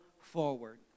forward